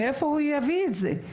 מאיפה הוא יביא את זה?